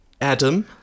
Adam